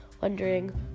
wondering